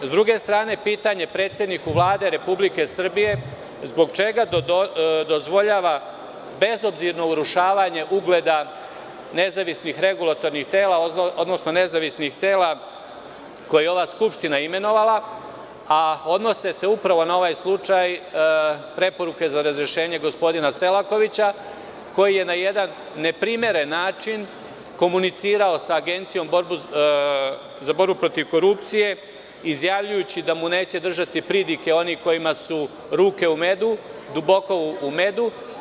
S druge strane, pitanje predsedniku Vlade Republike Srbije, zbog čega dozvoljava bezobzirno urušavanje ugleda nezavisnih regulatornih tela, odnosno nezavisnih tela koje je ova Skupština imenovala, a odnose se upravo na ovaj slučaj preporuke za razrešenje gospodina Selakovića, koji je na jedan neprimeren način komunicirao sa Agencijom za borbu protiv korupcije, izjavljujući da mu neće držati pridike oni kojima su ruke duboko u medu?